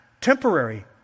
temporary